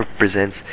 represents